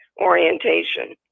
orientation